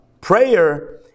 prayer